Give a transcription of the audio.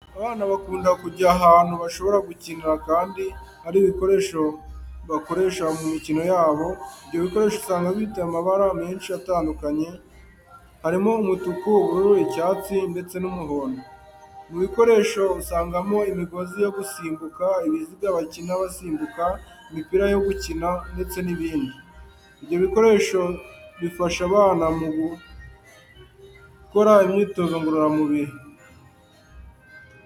Abana bakunda kujya ahantu bashobora gukinira kandi hari n'ibikoresho bakoresha mu mikino yabo, ibyo bikoresho usanga bifite amabara menshi atandukanye, harimo umutuku, ubururu, icyatsi, ndetse n'umuhondo. Mu bikoresho usangamo imigozi yo gusimbuka, ibiziga bakina basimbuka, imipira yo gukina, ndetse n'ibindi. Ibyo bikoresho bifasha abana mu gukora imyitozo ngororamubiri.